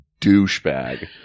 douchebag